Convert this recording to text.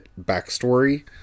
backstory